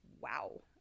wow